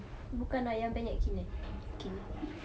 bukan ayam penyet king eh